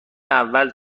اول